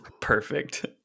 perfect